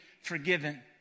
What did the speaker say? forgiven